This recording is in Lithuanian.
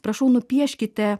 prašau nupieškite